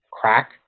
crack